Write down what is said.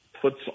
puts